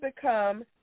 become